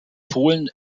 polen